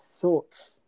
thoughts